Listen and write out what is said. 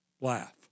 Laugh